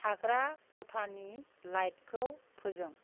थाग्रा खथानि लाइटखौ फोजों